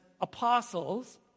apostles